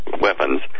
weapons